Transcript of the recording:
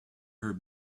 her